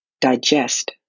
digest